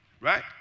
right